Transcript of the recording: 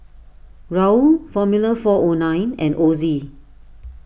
Raoul formula four O nine and Ozi